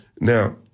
Now